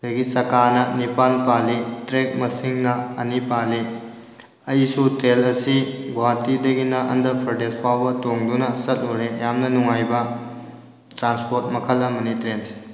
ꯑꯗꯒꯤ ꯆꯀꯥꯅ ꯅꯤꯄꯥꯟ ꯄꯥꯜꯂꯤ ꯇ꯭ꯔꯦꯛ ꯃꯁꯤꯡꯅ ꯑꯅꯤ ꯄꯥꯜꯂꯤ ꯑꯩꯁꯨ ꯇ꯭ꯔꯦꯟ ꯑꯁꯤ ꯒꯨꯍꯥꯇꯤꯗꯒꯤꯅ ꯑꯟꯗ꯭ꯔ ꯄ꯭ꯔꯗꯦꯁ ꯐꯥꯎꯕ ꯇꯣꯡꯗꯨꯅ ꯆꯠꯂꯨꯔꯦ ꯌꯥꯝꯅ ꯅꯨꯡꯉꯥꯏꯕ ꯇ꯭ꯔꯥꯟꯁꯄꯣꯠ ꯃꯈꯜ ꯑꯃꯅꯤ ꯇ꯭ꯔꯦꯟꯁꯦ